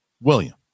William